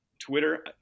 Twitter